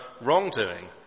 wrongdoing